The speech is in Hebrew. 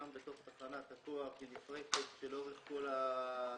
כאשר בתוך תחנת הכוח פקחים של האו"ם